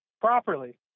properly